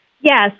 Yes